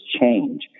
change